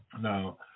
Now